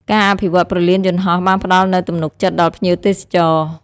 ការអភិវឌ្ឍព្រលានយន្តហោះបានផ្តល់នូវទំនុកចិត្តដល់ភ្ញៀវទេសចរ។